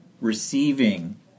receiving